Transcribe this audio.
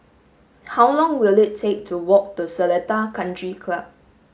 how long will it take to walk to Seletar Country Club